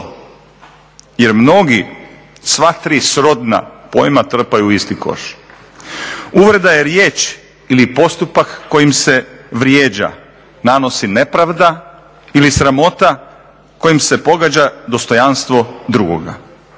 jer mnogi sva tri srodna pojma trpaju u isti koš. Uvreda je riječ ili postupak kojim se vrijeđa, nanosi nepravda ili sramota kojim se pogađa dostojanstvo drugoga.